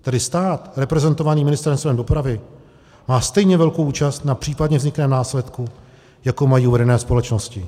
Tedy stát reprezentovaný Ministerstvem dopravy má stejně velkou účast na případně vzniklém následku, jakou mají uvedené společnosti.